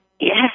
Yes